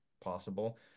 possible